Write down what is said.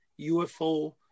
UFO